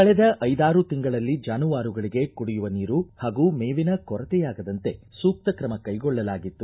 ಕಳೆದ ಐದಾರು ತಿಂಗಳಲ್ಲಿ ಜಾನುವಾರುಗಳಿಗೆ ಕುಡಿಯುವ ನೀರು ಹಾಗೂ ಮೇವಿನ ಕೊರತೆಯಾಗದಂತೆ ಸೂಕ್ತ ಕ್ರಮ ಕೈಗೊಳ್ಳಲಾಗಿತ್ತು